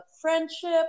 friendship